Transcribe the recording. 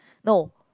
no